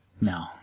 No